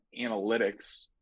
analytics